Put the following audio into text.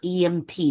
EMP